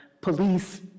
police